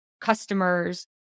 customers